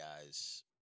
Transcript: guys